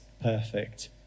perfect